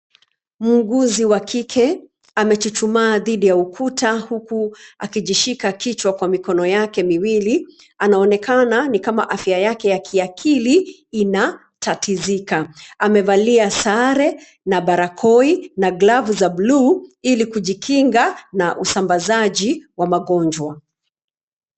Muuguzi wa kike amechuchuma dhidi ya ukuta huku akijishika kichwa kwa mikono yake miwili. Anaonekana ni kama afya yake ya kiakili ina tatizika. Amevalia sare na barakoi na glavu za buluu ili kujikinga na usambazaji wa magonjwa.